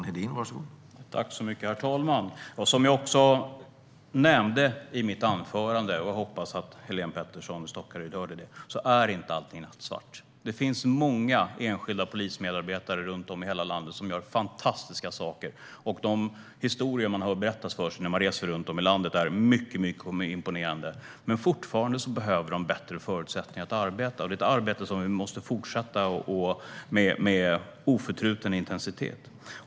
Herr talman! Som jag nämnde i mitt anförande - jag hoppas att Helene Petersson i Stockaryd hörde det - är det inte allt som är nattsvart. Det finns många enskilda polismedarbetare runt om i landet som gör fantastiska saker, och de historier man hör berättas när man reser i landet är mycket imponerande. Men de behöver fortfarande bättre förutsättningar för att arbeta, och detta är ett arbete som vi måste fortsätta med, med oförtruten intensitet.